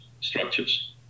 structures